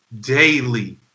daily